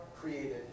created